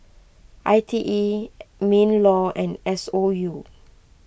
I T E MinLaw and S O U